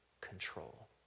control